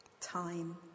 time